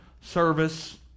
service